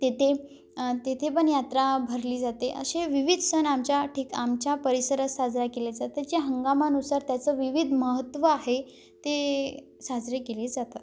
तेथे तेथेपण यात्रा भरली जाते असे विविध सण आमच्या ठिक् आमच्या परिसरात साजरा केल्या जातात जे हंगामानुसार त्याचं विविध महत्त्व आहे ते साजरे केले जातात